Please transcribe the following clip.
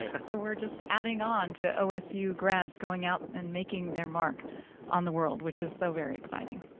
ah so we're just adding on to osu graduates going out and making their mark on the world, which is so very exciting.